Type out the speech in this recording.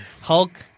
Hulk